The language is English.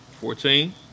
Fourteen